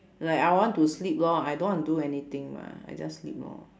like I want to sleep lor I don't want to do anything mah I just sleep lor